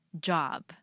job